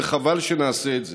וחבל שנעשה את זה.